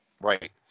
right